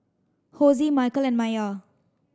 Hosie Micheal and Maia